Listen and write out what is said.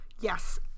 Yes